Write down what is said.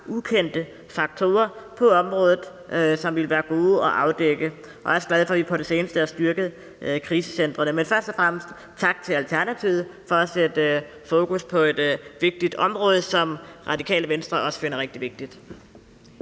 ukendte faktorer på området, som ville være gode at afdække, og jeg er også glad for, at vi på det seneste har styrket krisecentrene. Men først og fremmest tak til Alternativet for at sætte fokus på et vigtigt område, som Radikale Venstre også finder rigtig vigtigt.